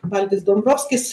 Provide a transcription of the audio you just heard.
valdis dombrovskis